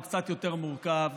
הוא קצת יותר מורכב,